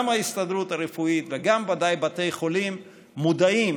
גם ההסתדרות הרפואית וגם ודאי בתי חולים מודעים